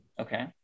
Okay